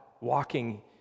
walking